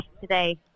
today